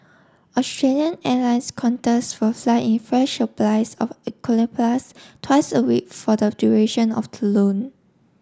Australian airlines Qantas will fly in fresh appliers of eucalyptus twice a week for the duration of the loan